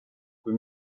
kui